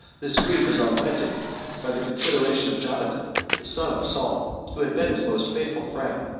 this grief was augmented by the consideration of jonathan the son of saul, who had been his most faithful friend,